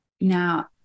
now